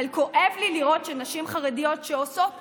אבל כואב לי לראות שנשים חרדיות שעושות הכול,